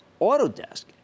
Autodesk